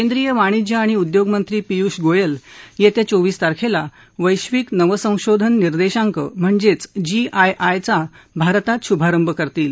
केंद्रीय वाणिज्य आणि उद्योग मंत्री पियुष गोयल येत्या चोवीस तारखेला वैश्विक नवसंशोधन निर्देशांक म्हणजे जी आय आय चा भारतात शुभारंभ करतील